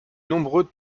nombreux